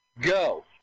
go